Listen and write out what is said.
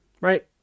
right